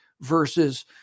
versus